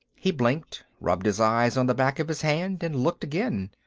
he blinked, rubbed his eyes on the back of his hand, and looked again.